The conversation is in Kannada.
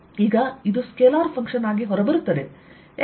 ಈಗ ಇದು ಸ್ಕೇಲಾರ್ ಫಂಕ್ಶನ್ ಆಗಿ ಹೊರಬರುತ್ತದೆ